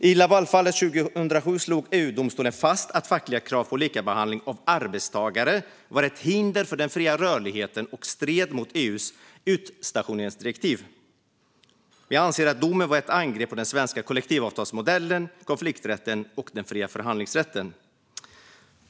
I Lavalfallet 2007 slog EU-domstolen fast att fackliga krav på likabehandling av arbetstagare var ett hinder för den fria rörligheten och stred mot EU:s utstationeringsdirektiv. Vi anser att domen var ett angrepp på den svenska kollektivavtalsmodellen, konflikträtten och den fria förhandlingsrätten.